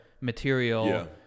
material